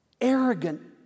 arrogant